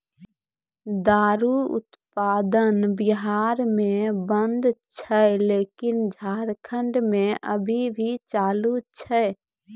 दारु उत्पादन बिहार मे बन्द छै लेकिन झारखंड मे अभी भी चालू छै